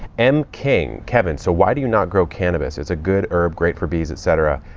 m king kevin, so why do you not grow cannabis? it's a good herb. great for bees, et cetera.